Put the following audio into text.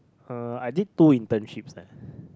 uh I did two internships leh